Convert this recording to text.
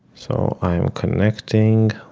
so, i am connecting.